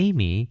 Amy